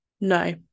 No